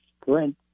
sprint